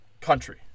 country